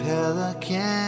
Pelican